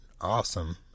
awesome